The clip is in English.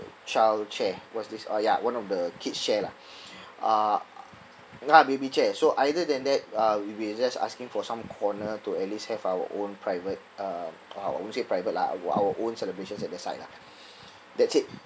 child chair what is this uh ya one of the kids chair lah uh ya baby chair so other than that uh we'll be just asking for some corner to at least have our own private um I won't say private lah our own celebrations at the side lah that's it